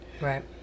Right